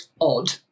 odd